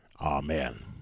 Amen